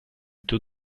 two